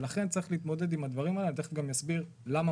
ולכן צריך להתמודד עם הדברים האלה = ותכף אסביר למה